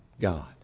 God